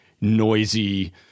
noisy